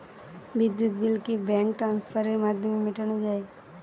বিদ্যুৎ বিল কি ব্যাঙ্ক ট্রান্সফারের মাধ্যমে মেটানো য়ায়?